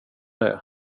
det